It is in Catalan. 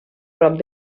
prop